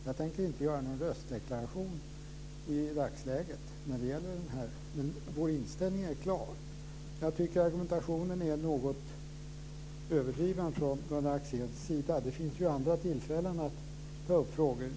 Jag tänker inte göra någon röstdeklaration i frågan i dagsläget, men vår inställning är klar. Jag tycker att argumentationen är något överdriven från Gunnar Det finns ju andra tillfällen att ta upp frågor.